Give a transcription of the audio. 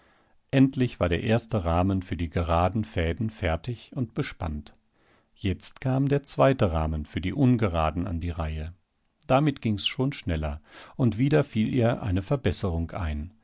endlich war der erste rahmen für die geraden fäden fertig und bespannt jetzt kam der zweite rahmen für die ungeraden an die reihe damit ging's schon schneller und wieder fiel ihr eine verbesserung ein